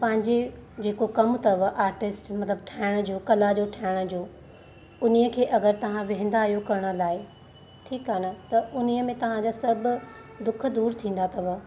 पंहिंजे जेको कमु अथव आर्टिस्ट मतिलबु ठहिण जो कला जो ठहिण जो उन ई खे अगरि तव्हां विहंदा आहियो करण लाइ ठीकु आहे न त उन ई में तव्हांजा सभु दुख दूरि थींदा अथव